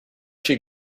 she